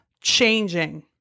changing